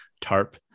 tarp